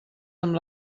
amb